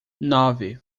nove